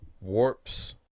warps